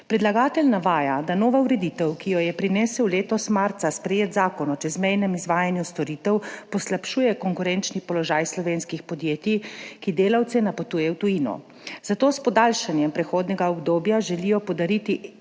Predlagatelj navaja, da nova ureditev, ki jo je prinesel letos marca sprejet Zakon o čezmejnem izvajanju storitev, poslabšuje konkurenčni položaj slovenskih podjetij, ki delavce napotujejo v tujino. Zato s podaljšanjem prehodnega obdobja želijo podariti dodatno